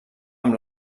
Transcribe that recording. amb